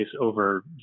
over